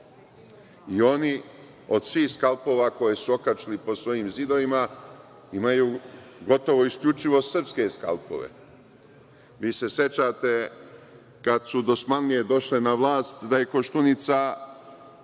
oni od svih skalpova koji su okačili po svojim zidovima imaju gotovo isključivo srpske skalpove, vi se sećate kad su dosmanlije došle na vlast, da je Koštunica